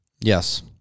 Yes